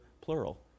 plural